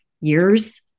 years